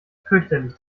fürchterlich